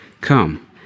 Come